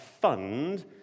fund